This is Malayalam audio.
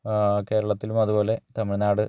കേരളത്തിലും അതുപോലെ തമിഴ്നാട്